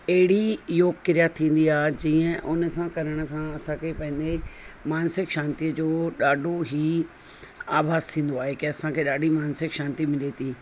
अहिड़ी योगु क्रिया थींदी आ जीअं उन सां करण सां असांखे पंहिंजे मानसिक शांतीअ जो ॾाढो ई आभास थींदो आहे की असांखे ॾाढी मानसिक शांती मिले थी